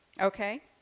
Okay